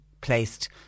placed